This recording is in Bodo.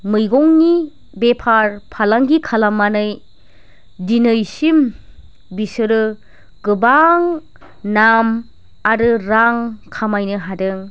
मैगंनि बेफार फालांगि खालामनानै दिनैसिम बिसोरो गोबां नाम आरो रां खामायनो हादों